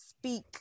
speak